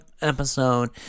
episode